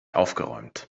aufgeräumt